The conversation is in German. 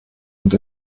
und